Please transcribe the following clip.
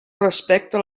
respecta